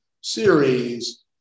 series